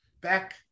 Back